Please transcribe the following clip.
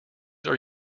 are